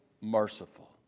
merciful